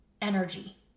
energy